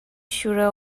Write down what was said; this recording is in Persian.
شوره